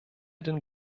den